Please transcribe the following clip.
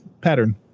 pattern